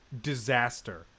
disaster